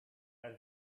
out